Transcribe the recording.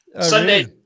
Sunday